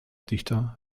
dichter